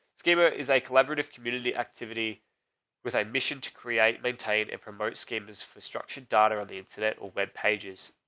schema is a collaborative community activity with our mission to create a tight and promote scheme is for structured data or the incident or webpages,